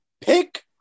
Pick